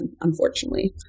unfortunately